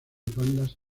bandas